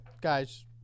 guys